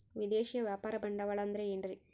ವಿದೇಶಿಯ ವ್ಯಾಪಾರ ಬಂಡವಾಳ ಅಂದರೆ ಏನ್ರಿ?